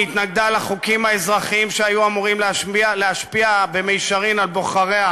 היא התנגדה לחוקים האזרחיים שהיו אמורים להשפיע במישרין על בוחריה